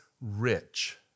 rich